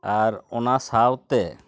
ᱟᱨ ᱚᱱᱟ ᱥᱟᱶᱛᱮ